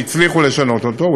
או לא הצליחו לשנות אותו,